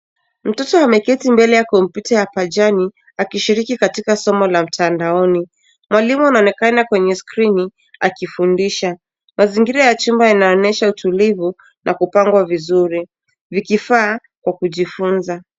Mtoto ameketi mbele ya kompyuta ya pajani akishiriki katika somo la mtandaoni. Mwalimu anaonekana kwenye skrini akifundisha. Mazingira ya chumba yanaoonyesha utulivu na kupangwa vizuri, vikifaa kwa kujifunza.